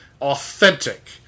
authentic